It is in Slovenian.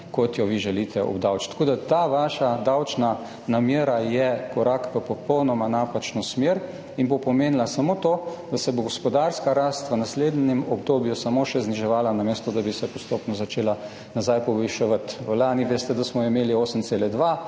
kot jo vi želite obdavčiti. Tako da je ta vaša davčna namera korak v popolnoma napačno smer in bo pomenila samo to, da se bo gospodarska rast v naslednjem obdobju samo še zniževala, namesto da bi se postopno začela nazaj poviševati. Lani veste, da smo imeli 8,2,